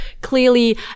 clearly